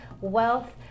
wealth